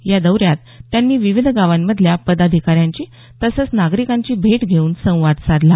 या दौऱ्यात त्यांनी विविध गावामधल्या पदाधिकाऱ्यांची तसंच नागरिकांची भेट घेऊन संवाद साधला